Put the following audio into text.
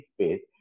space